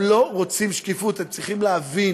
הם לא רוצים שקיפות, אתם צריכים להבין,